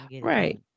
Right